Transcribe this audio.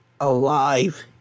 alive